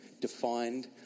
defined